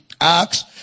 acts